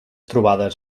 trobades